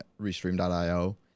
restream.io